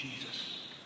Jesus